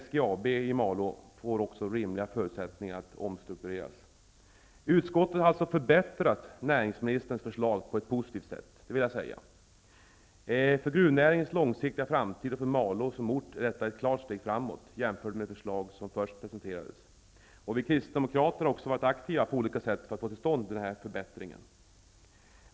SGAB i Malå får också rimliga förutsättningar att omstruktureras. Utskottet har alltså förbättrat näringsministerns förslag på ett positivt sätt. För gruvnäringens långsiktiga framtid och för Malå som ort är detta ett klart steg framåt jämfört med det förslag som först presenterades. Vi kristdemokrater har också varit aktiva på olika sätt för att få till stånd förbättringen.